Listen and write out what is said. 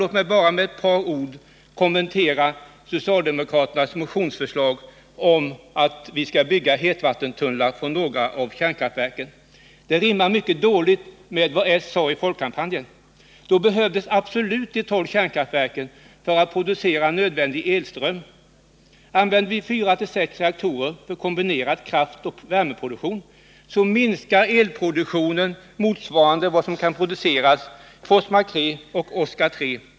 Låt mig också med ett par ord kommentera socialdemokraternas motionsförslag om att vi skall bygga hetvattentunnlar från några av kärnkraftverken. Detta rimmar mycket dåligt med vad socialdemokraterna sade i samband med folkomröstningen. Då behövdes absolut de tolv kärnkraftverken för att producera nödvändig elström. Använder vi fyra till sex reaktorer för kombinerad kraftoch värmeproduktion, minskar elproduktionen motsvarande vad som kan produceras i Forsmark 3 och Oskarshamn 3.